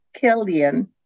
Kilian